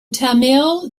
tamil